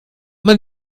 man